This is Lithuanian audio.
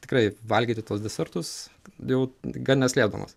tikrai valgyti tuos desertus jau gan neslėpdamas